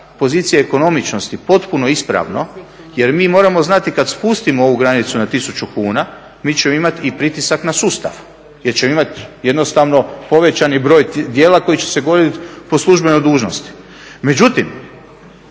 pozicije ekonomičnosti potpuno ispravno jer mi moramo znati kad spustimo ovu granicu na 1000 kuna mi ćemo imat i pritisak na sustav jer ćemo imat jednostavno povećani broj djela koji će se gonit po službenoj dužnosti. Međutim,